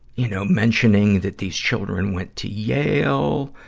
you know, mentioning that these children went to yale.